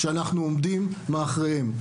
שאנחנו עומדים מאחוריהן.